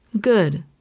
Good